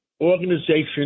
organization